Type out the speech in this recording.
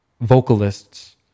vocalists